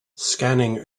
scanning